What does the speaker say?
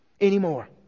anymore